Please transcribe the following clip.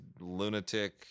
lunatic